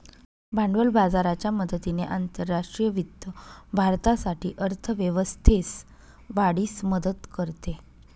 भांडवल बाजाराच्या मदतीने आंतरराष्ट्रीय वित्त भारतासाठी अर्थ व्यवस्थेस वाढीस मदत करते